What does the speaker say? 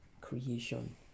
creation